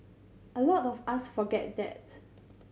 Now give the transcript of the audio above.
a lot of us forget that's